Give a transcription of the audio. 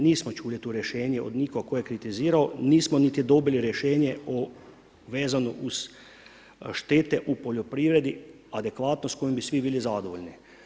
Nismo čuli tu rješenje od nikog tko je kritizirao, nismo niti dobili rješenje vezano uz štete u poljoprivredi, adekvatno s kojima bi svi bili zadovoljni.